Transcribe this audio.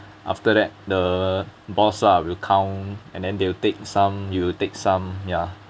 after that the boss lah will count and then they'll take some you'll take some ya